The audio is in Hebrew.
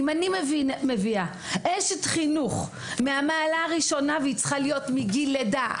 אם אני מביאה אשת חינוך מהמעלה הראשונה והיא צריכה להיות מגיל לידה,